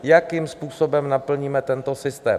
Jakým způsobem naplníme tento systém.